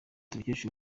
tubikesha